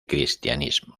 cristianismo